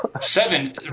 Seven